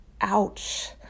Ouch